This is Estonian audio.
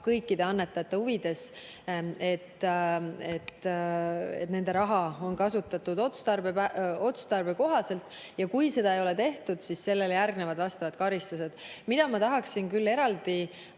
kõikide annetajate huvides, et nende raha on kasutatud otstarbekohaselt ja kui seda ei ole tehtud, siis sellele järgnevad vastavad karistused. Mida ma tahaksin küll eraldi